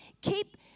Keep